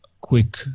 quick